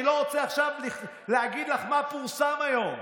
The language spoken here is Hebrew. אני לא רוצה עכשיו להגיד לך מה פורסם היום.